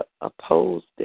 opposed